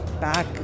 back